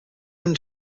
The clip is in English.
him